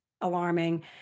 alarming